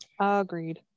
Agreed